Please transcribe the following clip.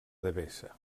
devesa